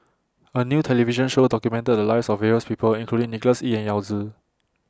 A New television Show documented The Lives of various People including Nicholas Ee and Yao Zi